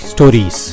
Stories